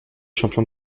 champion